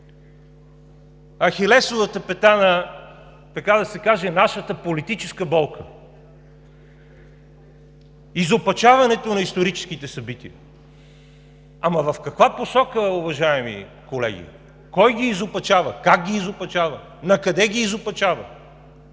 ахилесовата пета на, така да се каже, нашата политическа болка – изопачаването на историческите събития. Ама в каква посока, уважаеми колеги, кой ги изопачава, как ги изопачава, накъде ги изопачава,